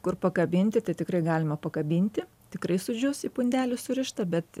kur pakabinti tai tikrai galima pakabinti tikrai sudžius į pundelius surišta bet